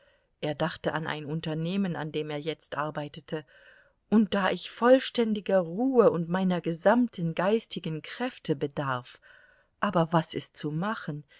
er dachte an ein unternehmen an dem er jetzt arbeitete und da ich vollständiger ruhe und meiner gesamten geistigen kräfte bedarf aber was ist zu machen